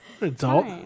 Adult